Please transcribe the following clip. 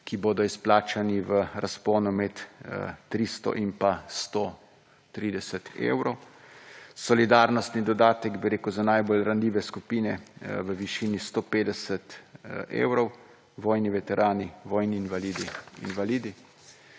ki bodo izplačani v razponu med 300 in pa 130 evrov, solidarnostni dodatek za najbolj ranljive skupine v višini 150 evrov, vojni veterani, vojni invalidi, invalidi.